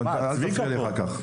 אבל אל תפריע לי אחר כך ,